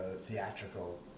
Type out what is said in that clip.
theatrical